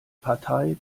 partei